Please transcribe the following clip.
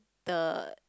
the